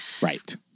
Right